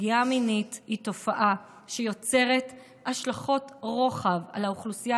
פגיעה מינית היא תופעה שיוצרת השלכות רוחב על האוכלוסייה